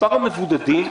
מספר המבודדים,